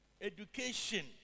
education